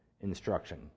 instruction